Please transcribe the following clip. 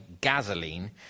Gasoline